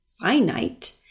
finite